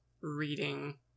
reading